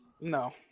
no